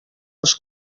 els